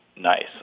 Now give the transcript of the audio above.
nice